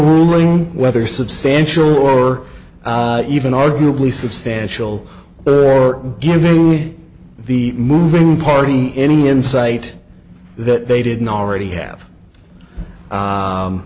ruling whether substantial or even arguably substantial but her giving the moving party any insight that they didn't already have